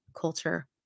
culture